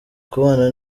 kubana